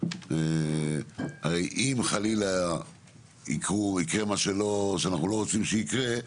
הרי אם חלילה יקרה מה שאנחנו לא רוצים שיקרה,